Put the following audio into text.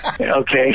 okay